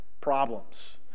problems